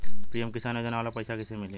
PM Kisan योजना वाला पैसा कईसे मिली?